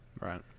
Right